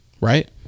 Right